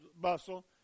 bustle